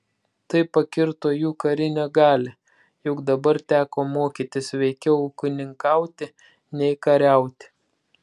tai pakirto jų karinę galią juk dabar teko mokytis veikiau ūkininkauti nei kariauti